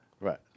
Right